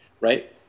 right